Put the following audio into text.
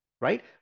right